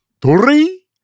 Three